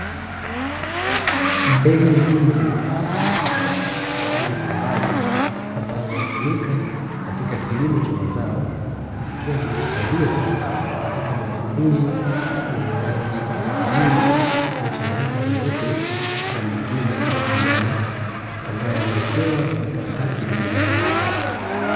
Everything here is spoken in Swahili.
Mbegu nyingi za nafaka za aina mbalimbali ambazo hutumika katika kilimo cha mazao, zikiwa zimehifadhiwa katika mabakuli yenye rangi ya bluu iliyochanganyika na nyeupe na mengine ya kijani ambayo yamewekewa vikaratasi vyenye maelezo.